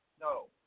No